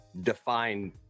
define